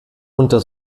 unter